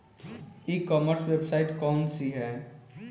E commerce website कौन सी है?